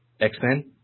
X-Men